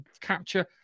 capture